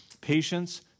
patience